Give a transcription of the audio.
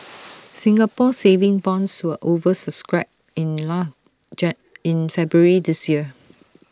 Singapore saving bonds were over subscribed in none in February this year